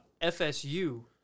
FSU